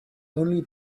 only